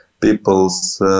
people's